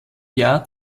jahr